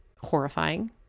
horrifying